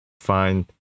find